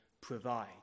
provide